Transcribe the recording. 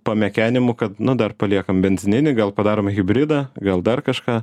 pamekenimų kad nu dar paliekam benzininį gal padarom hibridą gal dar kažką